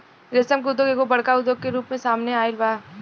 रेशम के उद्योग एगो बड़का उद्योग के रूप में सामने आइल बा